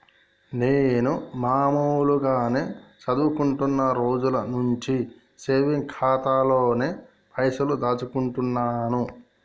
నేను మామూలుగానే చదువుకుంటున్న రోజుల నుంచి సేవింగ్స్ ఖాతాలోనే పైసలు దాచుకుంటున్నాను